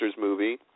movie